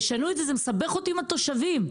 זה מסבך אותי עם התושבים.